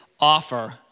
offer